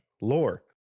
lore